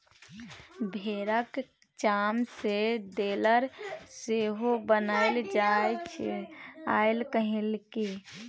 भेराक चाम सँ लेदर सेहो बनाएल जाइ छै आइ काल्हि